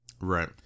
right